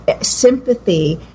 sympathy